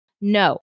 No